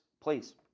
please